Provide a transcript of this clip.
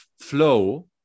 flow